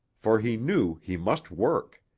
for he knew he must work.